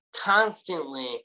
constantly